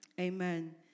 Amen